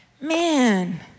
Man